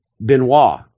Benoit